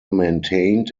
maintained